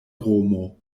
romo